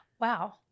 wow